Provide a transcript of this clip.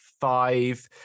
five